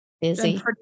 Busy